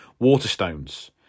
Waterstones